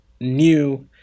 new